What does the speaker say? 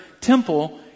temple